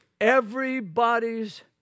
Everybody's